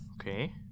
Okay